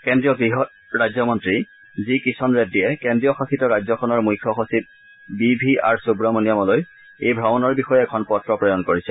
কেন্দ্ৰীয় গৃহ ৰাজ্য মন্ত্ৰী জি কিষণ ৰেড্ডিয়ে কেন্দ্ৰীয় শাসিত ৰাজ্যখনৰ মুখ্য সচিব বি ভি আৰ সূত্ৰমণিয়ামলৈ এই ভ্ৰমণৰ বিষয়ে এখন পত্ৰ প্ৰেৰণ কৰিছে